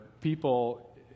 people